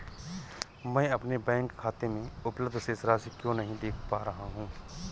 मैं अपने बैंक खाते में उपलब्ध शेष राशि क्यो नहीं देख पा रहा हूँ?